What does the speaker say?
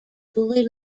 fully